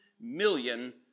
million